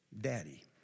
daddy